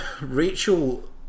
Rachel